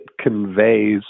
conveys